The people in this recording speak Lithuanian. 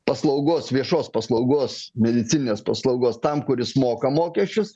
paslaugos viešos paslaugos medicininės paslaugos tam kuris moka mokesčius